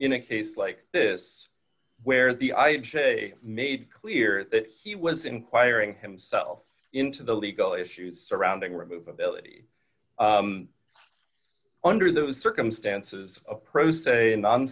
in a case like this where the i say made clear that he was inquiring himself into the legal issues surrounding remove ability under those circumstances a pro se a non